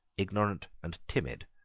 ignorant, and timid,